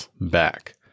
back